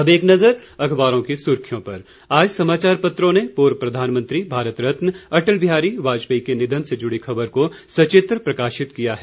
अब एक नज़र अखबारों की सुर्खियों पर आज समाचार पत्रों ने पूर्व प्रधानमंत्री भारत रत्न अटल बिहारी वाजपेयी के निधन से जुड़ी खबर को सचित्र प्रकाशित किया है